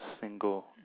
single